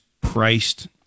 priced